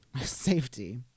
Safety